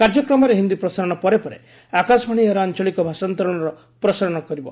କାର୍ଯ୍ୟକ୍ରମର ହିନ୍ଦୀ ପ୍ରସାରଣ ପରେ ପରେ ଆକାଶବାଣୀ ଏହାର ଆଞ୍ଚଳିକ ଭାଷାନ୍ତରଣର ପ୍ରସାରଣ କରିବ